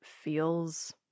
feels